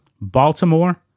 Baltimore